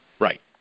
Right